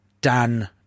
Dan